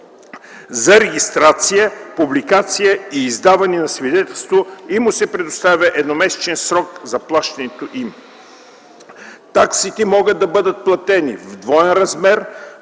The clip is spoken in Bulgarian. за регистрация, публикация и издаване на свидетелство и му се предоставя едномесечен срок за плащането им. Таксите могат да бъдат платени в двоен размер